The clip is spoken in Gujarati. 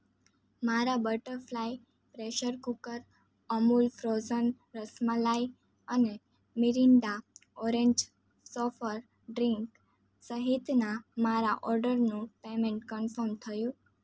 મારા Butterfly pressure cooker Amul frozen rasmalai અને મિરીન્ડા ઓરેંજ સોફ્ટ ડ્રીંક સહિતના મારા ઓર્ડરનું પેમેંટ કન્ફર્મ થયું